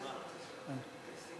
בסדר-היום של הכנסת נתקבלה.